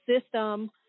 system